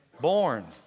born